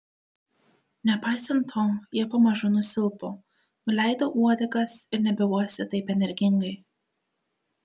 nepaisant to jie pamažu nusilpo nuleido uodegas ir nebeuostė taip energingai